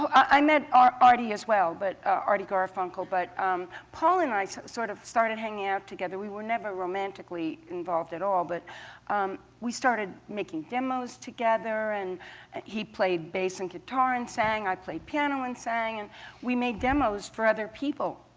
um i met artie as well but artie garfunkel but paul and i so sort of started hanging out together. we were never romantically involved at all, but we started making demos together. he played bass and guitar and sang, i played piano and sang, and we made demos for other people.